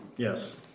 Yes